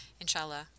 inshallah